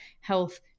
health